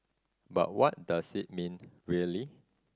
but what does it mean really